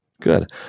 Good